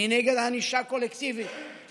אני נגד ענישה קולקטיבית.